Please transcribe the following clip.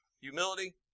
Humility